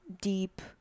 deep